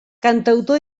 cantautor